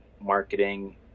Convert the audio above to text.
marketing